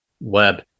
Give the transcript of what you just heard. web